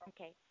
Okay